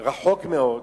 רחוק מאוד,